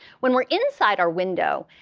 when we're inside our window,